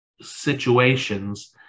situations